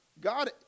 God